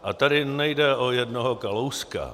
A tady nejde o jednoho Kalouska.